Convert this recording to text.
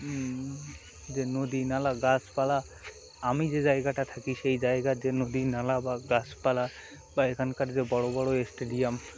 যে নদী নালা গাছপালা আমি যে জায়গাটা থাকি সেই জায়গার যে নদী নালা বা গাছপালা বা এখানকার যে বড়ো বড়ো স্টেডিয়াম